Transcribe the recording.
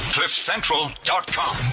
cliffcentral.com